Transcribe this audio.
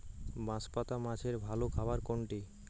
বাঁশপাতা মাছের ভালো খাবার কোনটি?